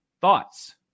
Thoughts